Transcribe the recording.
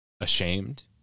ashamed